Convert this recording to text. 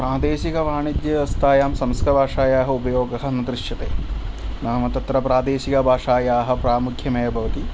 प्रादेशिकवाणिज्यव्यवस्थायां संकृतभाषायाः उपयोगः न दृश्यते नाम तत्र प्रादेशिकभाषायाः प्रामुख्यम् एव भवति